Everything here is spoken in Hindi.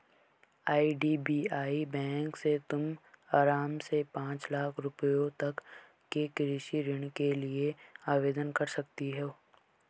आई.डी.बी.आई बैंक से तुम आराम से पाँच लाख रुपयों तक के कृषि ऋण के लिए आवेदन कर सकती हो